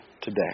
today